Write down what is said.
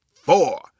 four